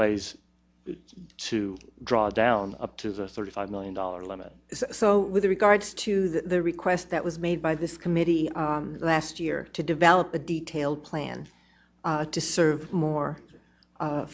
ways to draw down to the thirty five million dollars limit so with regards to the request that was made by this committee last year to develop a detailed plan to serve more